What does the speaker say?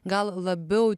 gal labiau